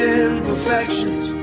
imperfections